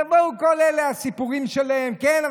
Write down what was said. יבואו כל אלה עם הסיפורים שלהם: כן,